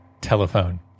Telephone